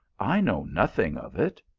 i know nothing of it.